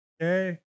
Okay